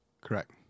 Correct